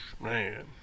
Man